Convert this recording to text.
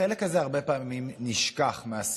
החלק הזה הרבה פעמים נשכח מהשיח.